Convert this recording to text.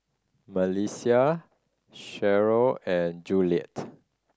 Melissia Cheryle and Juliet